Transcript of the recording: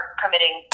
committing